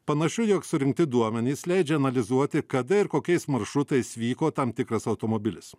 panašu jog surinkti duomenys leidžia analizuoti kada ir kokiais maršrutais vyko tam tikras automobilis